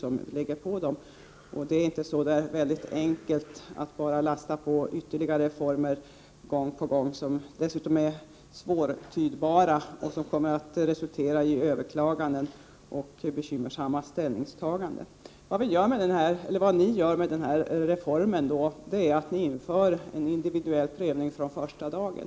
Det är inte så enkelt att man gång på gång bara kan lasta på dem handhavandet av ytterligare reformer, särskilt inte som bestämmelserna är svårtydda och tolkningen av dem kommer att resultera i överklaganden och bekymmersamma ställningstaganden. Vad ni gör med den här reformen är att ni inför en individuell prövning från första dagen.